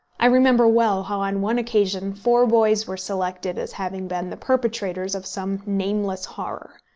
i remember well how, on one occasion, four boys were selected as having been the perpetrators of some nameless horror.